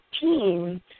team